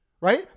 Right